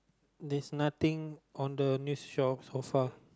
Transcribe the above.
there's nothing on the news shelf so far